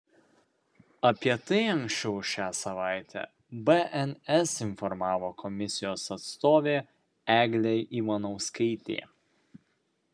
apie tai anksčiau šią savaitę bns informavo komisijos atstovė eglė ivanauskaitė